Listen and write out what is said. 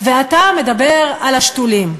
ואתה מדבר על השתולים.